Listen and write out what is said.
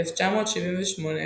הוא כתב וערך בצוותא עם